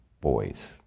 boys